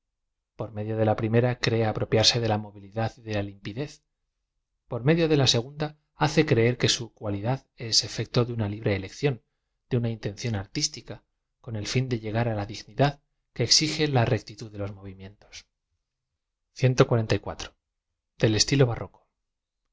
por medio d é la prime ra cree apropiarse de la movilidad de la limpidez por medio de la segunda hace creer que su cualidad efecto de una libre elección de una intención artís tica con el ñn de llegar á la dignidad que exige la rec titud de los movimientos t l t t iilo barroco